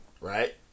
right